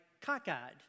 cockeyed